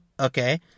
Okay